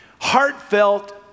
heartfelt